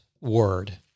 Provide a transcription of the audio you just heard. word